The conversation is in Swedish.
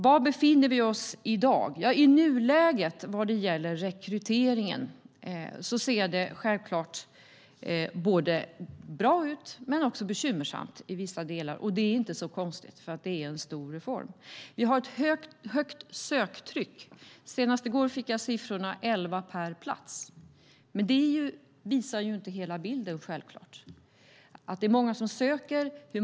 Var befinner vi oss i dag? I nuläget vad gäller rekryteringen ser det både bra och bekymmersamt ut. Det är inte så konstigt eftersom det är fråga om en stor reform. Det råder ett högt söktryck. Senast i går fick jag siffrorna elva sökande per plats. Men det visar självklart inte hela bilden.